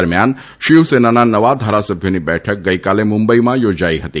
દરમ્યાન શિવસેનાના નવા ધારાસભ્યોની એક બેઠક ગઇકાલે મુંબઇમાં યોજાઇ હતી